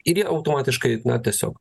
ir jie automatiškai tiesiog